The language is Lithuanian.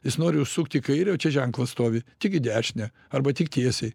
jis nori užsukt į kairę o čia ženklas stovi tik į dešinę arba tik tiesiai